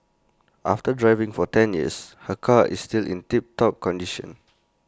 after driving for ten years her car is still in tip top condition